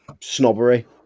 snobbery